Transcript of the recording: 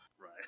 Right